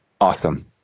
Awesome